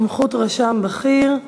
(סמכות רשם בכיר),